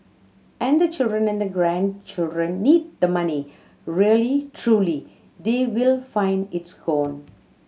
and the children and grandchildren need the money really truly they will find it's gone